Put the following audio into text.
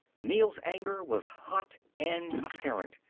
neel's anger was hot and apparent.